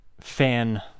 fan